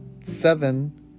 seven